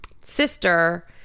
sister